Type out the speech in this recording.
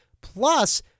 Plus